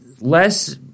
less